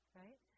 right